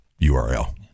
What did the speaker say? URL